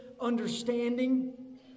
understanding